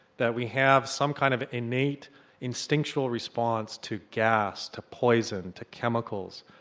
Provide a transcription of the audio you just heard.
that we have some kind of innate instinctual response to gas, to poison, to chemicals,